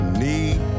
need